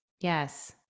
yes